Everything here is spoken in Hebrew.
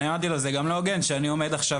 אמרתי לו: זה גם לא הוגן שאני עומד עכשיו